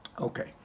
Okay